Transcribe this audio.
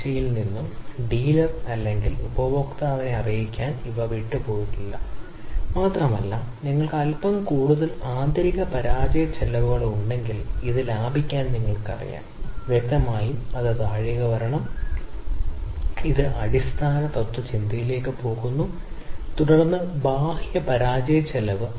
അതിനാൽ നിങ്ങൾ അവതരിപ്പിക്കുകയാണെങ്കിൽ കർശനമായ സഹിഷ്ണുത ഭരണകൂടം മൊത്തത്തിലുള്ള ഗുണനിലവാരം മെച്ചപ്പെടുത്തും പ്രോസസ് സെലക്ഷനും ഒരു മര്യാദയോടെ ചെയ്യേണ്ടിവരും അങ്ങനെ അവ കർശനമായി സഹിക്കും പ്രത്യേക സവിശേഷത പ്രോസസ്സ് ലെവലിൽ റഫർ സമയം 0656 പാലിക്കേണ്ടതുണ്ട്